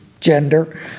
gender